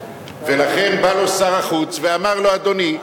ולכן בא לו שר החוץ ואמר לו: אדוני,